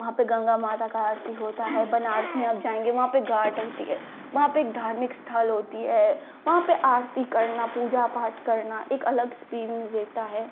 वहाँ पर गंगा माता की आरती होती है बनारस में आप जाएँगे वहाँ पर घाट होता है वहाँ पर धार्मिक स्थल होता है वहाँ पर आरती करना पूजा पाठ करना एक अलग एक्सपीरिएन्स देता है